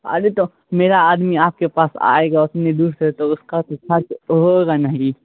ارے تو میرا آدمی آپ کے پاس آئے گا اتنی دور سے تو اس کا تو خرچ ہوگا نہیں